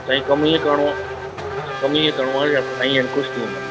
साईं कम ईअं करिणो आहे कम ईअं करिणो आहे साईं जन ख़ुशि थी वञनि